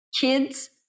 kids